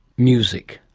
music,